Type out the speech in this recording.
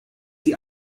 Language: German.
sie